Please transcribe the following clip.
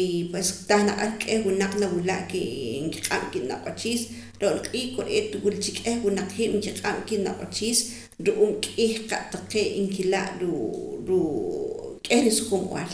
y puest tah naq ar k'ieh winaq nawila' ke nkiq'am kinq'wachis ro'na q'iij kore'eet wula ch k'ieh winaqiib' nkiq'ab' kinaq'wachiis ru'uub' k'ih qa' taqee' nkila' ruu' ruu' k'ieh risuqumb'aal